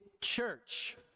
church